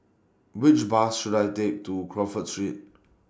Which Bus should I Take to Crawford Street